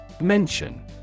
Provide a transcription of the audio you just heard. Mention